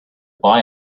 boy